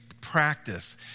practice